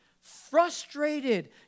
frustrated